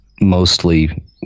mostly